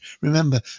Remember